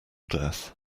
death